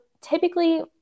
typically